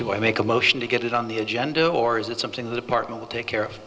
do i make a motion to get it on the agenda or is it something that apartment will take care of